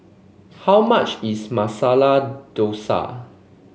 how much is Masala Dosa